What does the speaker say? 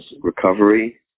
recovery